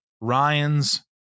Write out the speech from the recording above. Ryan's